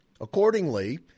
Accordingly